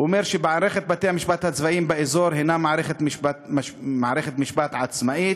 הוא אומר שמערכת בתי-המשפט הצבאיים באזור הנה מערכת משפט עצמאית,